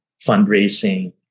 fundraising